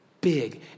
big